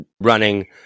running